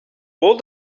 all